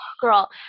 girl